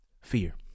fear